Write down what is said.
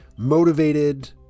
motivated